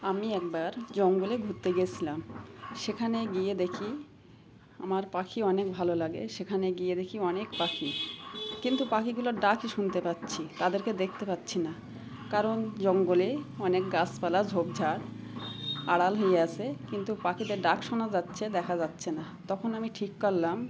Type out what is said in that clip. আমি একবার জঙ্গলে ঘুততে গিয়েছিলাম সেখানে গিয়ে দেখি আমার পাখি অনেক ভালো লাগে সেখানে গিয়ে দেখি অনেক পাখি কিন্তু পাখিগুলো ডাকই শুনতে পাচ্ছি তাদেরকে দেখতে পাচ্ছি না কারণ জঙ্গলে অনেক গাছপালা ঝোপ ঝাড় আড়াল হয়ে আসে কিন্তু পাখিতে ডাক শোনা যাচ্ছে দেখা যাচ্ছে না তখন আমি ঠিক করলাম